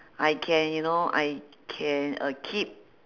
I can you know I can uh keep